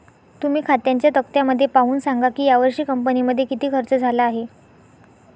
तुम्ही खात्यांच्या तक्त्यामध्ये पाहून सांगा की यावर्षी कंपनीमध्ये किती खर्च झाला आहे